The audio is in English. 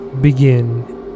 begin